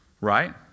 Right